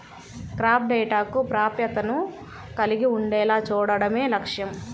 crop డేటాకు ప్రాప్యతను కలిగి ఉండేలా చూడడమే లక్ష్యం